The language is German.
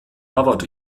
harvard